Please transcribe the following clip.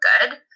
good